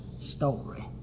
story